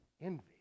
envy